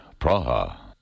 Praha